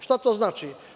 Šta to znači?